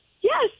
Yes